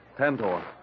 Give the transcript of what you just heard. Tantor